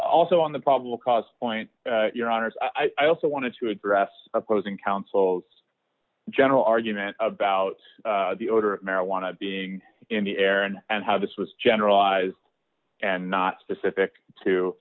also on the probable cause point your honor i also wanted to address opposing counsel general argument about the older marijuana being in the air and and how this was generalized and not specific to